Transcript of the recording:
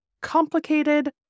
complicated